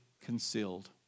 concealed